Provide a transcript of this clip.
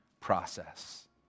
process